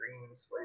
dreams